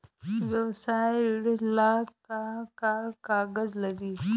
व्यवसाय ऋण ला का का कागज लागी?